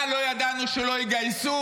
מה, לא ידענו שלא יגייסו?